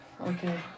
okay